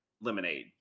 Lemonade